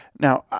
Now